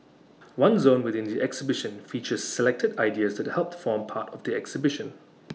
one zone within the exhibition features selected ideas that helped form part of the exhibition